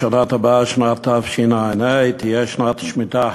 בשנה הבאה, שנת תשע"ה, תהיה שנת שמיטה.